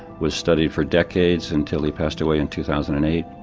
was studied for decades until he passed away in two thousand and eight,